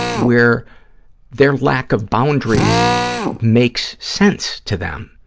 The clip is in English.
where their lack of boundaries makes sense to them,